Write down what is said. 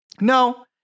No